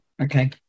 Okay